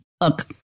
look